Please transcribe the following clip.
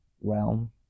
realm